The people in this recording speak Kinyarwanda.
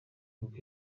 kuko